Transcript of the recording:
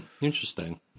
Interesting